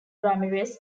ramirez